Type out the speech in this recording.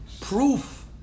proof